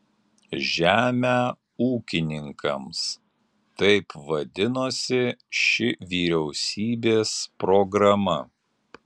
žemę ūkininkams taip vadinosi ši vyriausybės programa